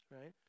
right